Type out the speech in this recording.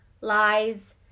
lies